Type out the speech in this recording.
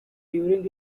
during